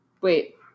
Wait